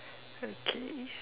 okay